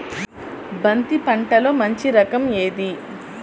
బంతి పంటలో మంచి రకం ఏది?